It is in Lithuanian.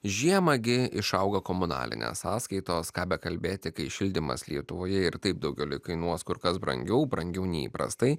žiemą gi išauga komunalinės sąskaitos ką bekalbėti kai šildymas lietuvoje ir taip daugeliui kainuos kur kas brangiau brangiau nei įprastai